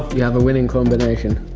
you have a winning combination